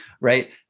right